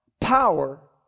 power